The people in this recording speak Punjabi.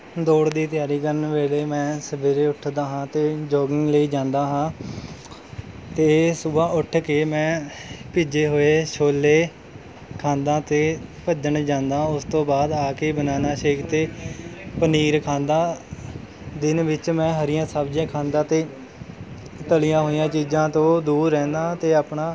ਦੌੜ ਦੀ ਤਿਆਰੀ ਕਰਨ ਵੇਲੇ ਮੈਂ ਸਵੇਰੇ ਉੱਠਦਾ ਹਾਂ ਅਤੇ ਜੋਗਿੰਗ ਲਈ ਜਾਂਦਾ ਹਾਂ ਅਤੇ ਸੁਬਾਹ ਉੱਠ ਕੇ ਮੈਂ ਭਿੱਜੇ ਹੋਏ ਛੋਲੇ ਖਾਂਦਾ ਅਤੇ ਭੱਜਣ ਜਾਂਦਾ ਉਸ ਤੋਂ ਬਾਅਦ ਆ ਕੇ ਬਨਾਨਾ ਸ਼ੇਕ ਅਤੇ ਪਨੀਰ ਖਾਂਦਾ ਦਿਨ ਵਿੱਚ ਮੈਂ ਹਰੀਆਂ ਸਬਜ਼ੀਆਂ ਖਾਂਦਾ ਅਤੇ ਤਲੀਆਂ ਹੋਈਆਂ ਚੀਜ਼ਾਂ ਤੋਂ ਦੂਰ ਰਹਿੰਦਾ ਅਤੇ ਆਪਣਾ